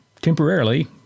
temporarily